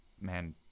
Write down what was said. man